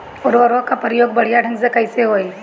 उर्वरक क प्रयोग बढ़िया ढंग से कईसे होई?